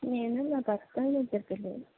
నేను నా భర్త ఇద్దరు పిలల్లు